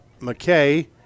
McKay